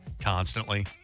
constantly